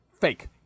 Fake